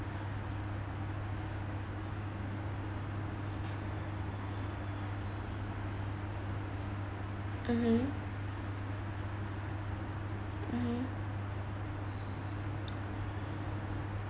mmhmm mmhmm